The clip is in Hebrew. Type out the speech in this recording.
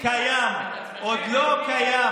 כי עוד לא קיים,